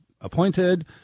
appointed